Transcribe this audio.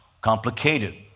complicated